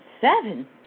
seven